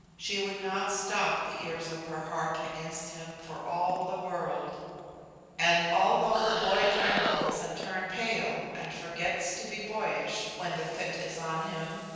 she would not stop the ears of her heart against him for all the world and although the boy trembles and turn pale, and forgets to be boyish when, the fit is on him,